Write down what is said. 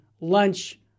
lunch